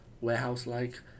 warehouse-like